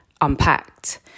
unpacked